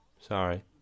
Sorry